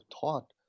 taught